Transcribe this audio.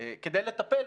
כדי לטפל.